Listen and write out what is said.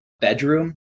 bedroom